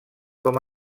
com